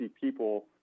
people